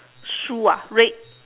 shoe ah red